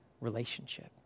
relationship